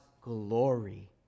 glory